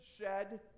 shed